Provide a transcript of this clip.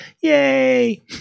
Yay